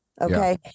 Okay